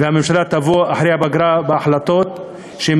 והממשלה תבוא אחרי הפגרה עם החלטות שהן